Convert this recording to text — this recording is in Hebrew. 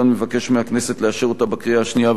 השנייה ובקריאה השלישית בנוסח שהכינה ועדת הכנסת.